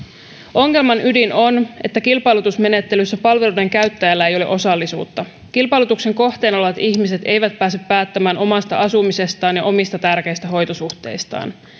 ongelman ydin on että kilpailutusmenettelyssä palveluiden käyttäjällä ei ole osallisuutta kilpailutuksen kohteena olevat ihmiset eivät pääse päättämään omasta asumisestaan ja omista tärkeistä hoitosuhteistaan